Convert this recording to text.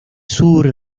sur